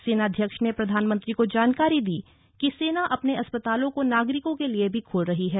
सेनाध्यक्ष ने प्रधानमंत्री को जानकारी दी कि सेना अपने अस्पतालों को नागरिकों के लिए भी खोल रही है